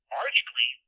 arguably